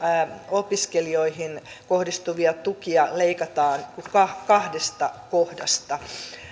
opiskelijoihin kohdistuvia tukia leikataan kahdesta kohdasta